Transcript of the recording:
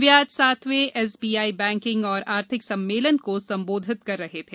वे आज सातवें SBI banking और आर्थिक सम्मेलन को संबोधित कर रहे थे